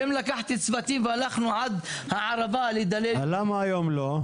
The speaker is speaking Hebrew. ואם לקחתי צוותים והלכנו עד הערבה לדלל --- למה היום לא?